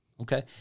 Okay